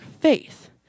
faith